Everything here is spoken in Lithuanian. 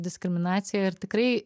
diskriminacija ir tikrai